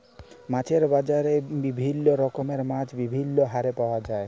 মাছের বাজারে বিভিল্য রকমের মাছ বিভিল্য হারে পাওয়া যায়